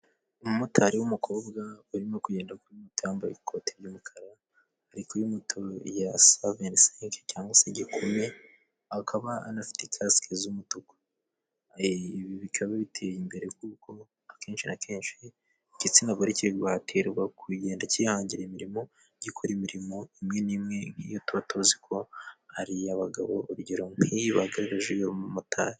Umumotari w'umukobwa barimo kugenda kuri moto, yambaye ikoti ry'umukara ari kuri moto ya 125 cyangwa se gikumi akaba anafite ikasike z'umutuku bikaba biteye imbere kuko akenshi na kenshi igitsinagore kiri guhatirwa kugenda cyihangira imirimo gikora imirimo imwe n'imwe nk'iyo tuba tuzi ko ari iy'abagabo urugero nk'iyi bagaragaje umumotari.